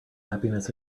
happiness